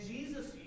Jesus